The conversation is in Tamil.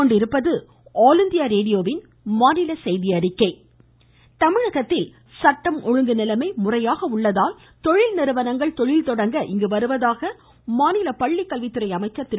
செங்கோட்டையன் தமிழகத்தில் சட்டம் ஒழுங்கு நிலைமை முறையாக உள்ளதால் தொழில் நிறுவனங்கள் தொழில் தொடங்க இங்கு வருவதாக மாநில பள்ளிக்கல்வித்துறை அமைச்சர் திரு